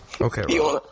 Okay